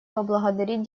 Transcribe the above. поблагодарить